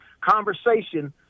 conversation